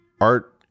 art